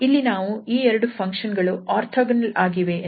ಇಲ್ಲಿ ನಾವು ಈ ಎರಡು ಫಂಕ್ಷನ್ ಗಳು ಓರ್ಥೋಗೊನಲ್ ಆಗಿವೆ ಎಂದು ತೋರಿಸುತ್ತೇವೆ